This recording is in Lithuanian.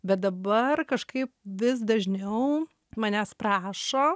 bet dabar kažkaip vis dažniau manęs prašo